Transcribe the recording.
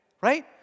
Right